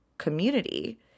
community